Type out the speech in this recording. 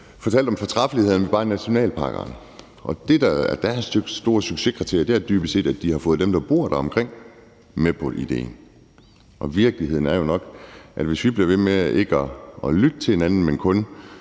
fortalt om fortræffelighederne ved naturnationalparkerne, og det, der er deres store succeskriterie, er dybest set, at de har fået dem, der bor deromkring, med på idéen. Og virkeligheden er jo nok, at hvis vi bliver ved med ikke at lytte til hinanden, men kun